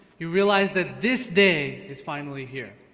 you realized that this day is finally here,